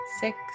six